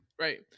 right